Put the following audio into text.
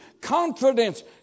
Confidence